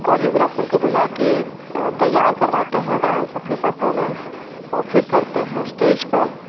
choreographer को बुलाके तैयार करवाते हैं डांस अपनी परफ़ॉरमेंस और फिर करते हैं स्टेज पर